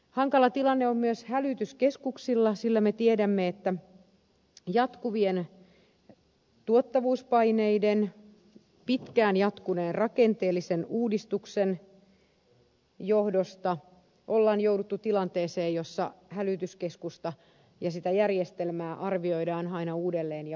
hankala tilanne on myös hälytyskeskuksilla sillä me tiedämme että jatkuvien tuottavuuspaineiden pitkään jatkuneen rakenteellisen uudistuksen johdosta on jouduttu tilanteeseen jossa hälytyskeskusta ja sitä järjestelmää arvioidaan aina uudelleen ja uudelleen